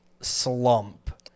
slump